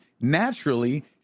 naturally